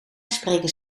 spreken